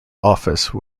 office